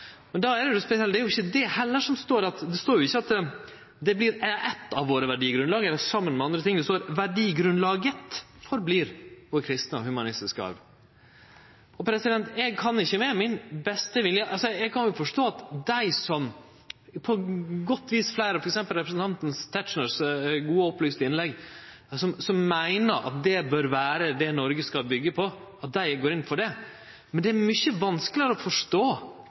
trekk. Men det står jo heller ikkje at det vert eitt av verdigrunnlaga våre, saman med andre ting. Det står: «Verdigrunnlaget forblir vår kristne og humanistiske arv.» Eg kan forstå at dei som meiner at det bør vere det Noreg skal byggje på – jf. f.eks. representanten Tetzschners gode og opplyste innlegg – går inn for det, men det er mykje vanskelegare å forstå